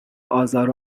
آزار